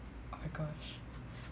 oh my gosh